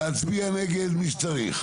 להצביע נגד מי שצריך.